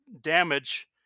damage